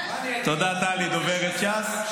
תודה, טלי, דוברת ש"ס.